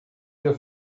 your